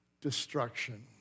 destruction